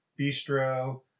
Bistro